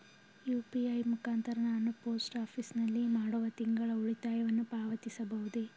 UPI ಮುಖಾಂತರ ನಾನು post office ನಲ್ಲಿ ಮಾಡುವ ತಿಂಗಳ ಉಳಿತಾಯವನ್ನು ಪಾವತಿಸಬಹುದೇ?